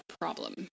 problem